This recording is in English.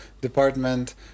department